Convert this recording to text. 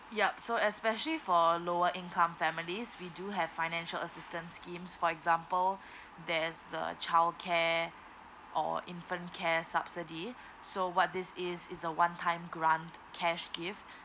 yup so especially for lower income families we do have financial assistance schemes for example there's the childcare or infant care subsidy so what this is is a one time grant cash gift